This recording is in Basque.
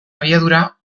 abiadura